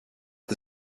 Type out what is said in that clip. the